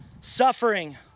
suffering